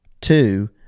Two